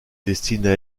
destinée